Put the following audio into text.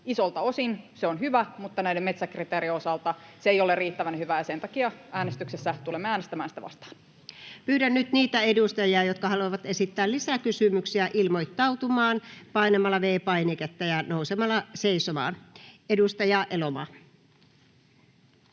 Isoilta osin se on hyvä, mutta näiden metsäkriteerien osalta se ei ole riittävän hyvä, ja sen takia äänestyksessä tulemme äänestämään sitä vastaan. Pyydän nyt niitä edustajia, jotka haluavat esittää lisäkysymyksiä, ilmoittautumaan painamalla V-painiketta ja nousemalla seisomaan. — Edustaja Elomaa.